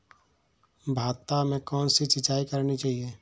भाता में कौन सी सिंचाई करनी चाहिये?